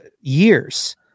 years